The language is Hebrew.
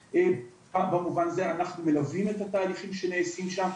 במובן הזה אנחנו מלווים את התהליכים שנעשים שם.